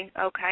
okay